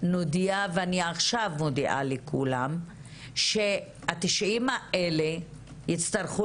אני מודיעה לכולם ש-90 האלה יצטרכו